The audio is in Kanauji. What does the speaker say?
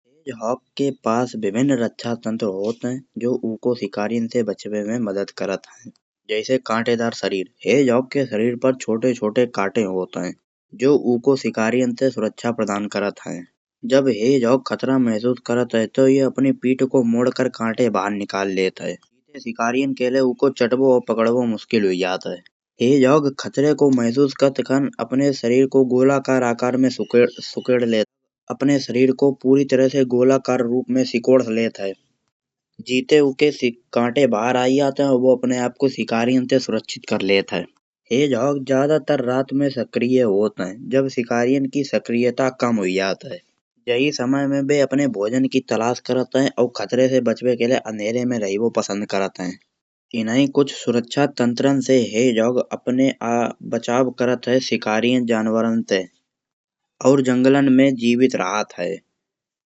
के पास विभिन्न रक्षातंत्र होत हैं। जो ऊखो शिकरियन से बचबे में मदद करत हैं जैसे काटे दार शरीर। हेजोग के शरीर पर छोटे छोटे कांटे होत हैं जो ऊखो शिकरियन से सुरक्षा प्रदान करत हैं। जब हेजोग खतरा महसूस करत हैं तो अपनी पीठ को मोड़कर कांटे बाहर निकाल लेत हैं। शिकरियन के लिए ऊखो चाटबो और पकड़बो मुश्किल होई जात हैं। हेजोग खतरे को महसूस करत कान अपने शरीर को गोलाकार आकार में सुकोड़ लेत हैं। जित्ते ऊखे कांटे बाहर आ जात हैं और ऊ अपने आप को शिकरियन से सुरक्षित कर लेत हैं। हेजोग ज्यादातर रात में सक्रिय होत हैं जब शिकरियन की सक्रियता कम होई जात हैं। यही समय बें अपने भोजन की तलाश करत हैं और खतरे से बचबे के लिए अंधेरे में रहिबो पसंद करत हैं। इनहीं कुछ सुरक्षा तंत्रन से हेजोग अपने बचाव करत हैं। शिकरियन जनवरन ते और जंगलन में जीवित राहत हैं